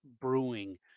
Brewing